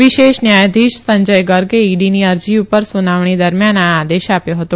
વિશેષ ન્યાયાધીશ સંજય ગર્ગે ઈડીની અરજી ર સુનાવણી દરમ્યાન આ આદેશ આપ્યો હતો